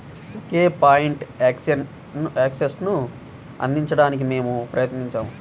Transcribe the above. ఒకే point యాక్సెస్ను అందించడానికి మేము ప్రయత్నించాము